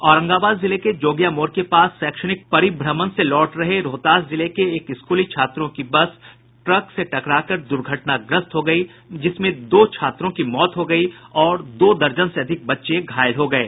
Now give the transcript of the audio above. औरंगाबाद जिले के जोगिया मोड़ के पास शैक्षणिक परिभ्रमण से लौट रहे रोहतास जिले के एक स्कूली बस ट्रक से टकराकर दुर्घटनाग्रस्त हो गयी जिसमें दो छात्रों की मौत हो गयी और दो दर्जन से अधिक बच्चे घायल हो गये